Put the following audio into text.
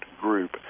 group